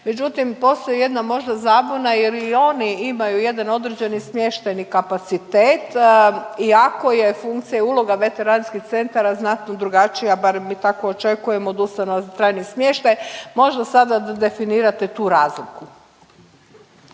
međutim postoji jedna možda zabuna jer i oni imaju jedan određeni smještajni kapacitet iako je funkcija i uloga veteranskih centara znatno drugačija, barem mi tako očekujemo od ustanova za trajni smještaj, možda sada da definirate tu razliku.